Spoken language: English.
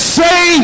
say